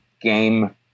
game